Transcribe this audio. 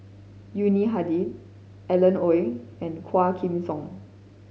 Yuni Hadi Alan Oei and Quah Kim Song